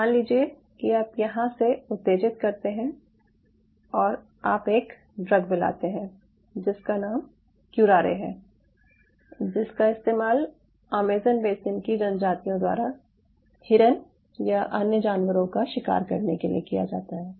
मान लीजिये कि आप यहाँ से उत्तेजित करते हैं और आप एक ड्रग मिलाते हैं जिसका नाम क्युरारे है जिसका इस्तेमाल अमेज़न बेसिन की जनजातियों द्वारा हिरण या अन्य जानवरों का शिकार करने के लिए किया जाता है